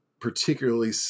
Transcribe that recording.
particularly